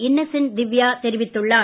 Innocent Divya தெரிவித்துள்ளார்